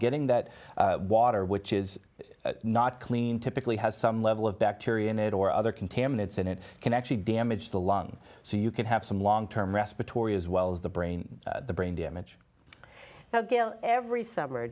getting that water which is not clean typically has some level of bacteria in it or other contaminants in it can actually damage the lung so you could have some long term respiratory as well as the brain the brain damage now gale every summer